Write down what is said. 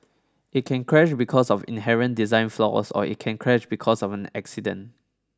it can crash because of inherent design flaws or it can crash because of an accident